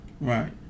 Right